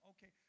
Okay